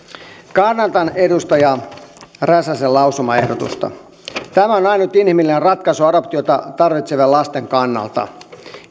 kannatan edustaja räsäsen lausumaehdotusta tämä on ainut inhimillinen ratkaisu adoptiota tarvitsevien lasten kannalta